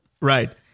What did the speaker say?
Right